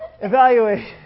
evaluation